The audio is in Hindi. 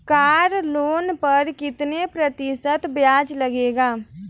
कार लोन पर कितने प्रतिशत ब्याज लगेगा?